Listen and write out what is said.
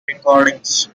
recordings